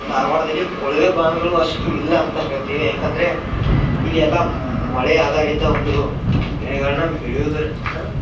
ಧಾರವಾಡದಲ್ಲಿ ಕೊಳವೆ ಬಾವಿಗಳು ಅಷ್ಟು ಇಲ್ಲ ಅಂತ ಹೇಳ್ತೀವಿ ಯಾಕಂದರೆ ಇಲ್ಲಿ ಎಲ್ಲ ಮಳೆ ಆಧಾರಿತ ಒಂದು ಬೆಳೆಗಳನ್ನ ಬೆಳೆಯೋದರಿಂದ